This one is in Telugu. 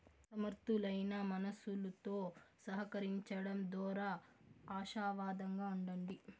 సమర్థులైన మనుసులుతో సహకరించడం దోరా ఆశావాదంగా ఉండండి